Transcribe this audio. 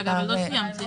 עוד לא סיימתי.